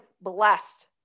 blessed